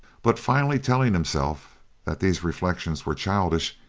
but finally telling himself that these reflections were childish,